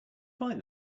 find